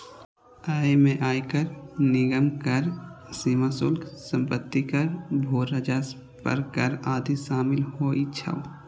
अय मे आयकर, निगम कर, सीमा शुल्क, संपत्ति कर, भू राजस्व पर कर आदि शामिल होइ छै